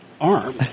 arm